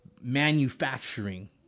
manufacturing